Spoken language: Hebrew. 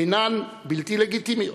אינן בלתי לגיטימיות,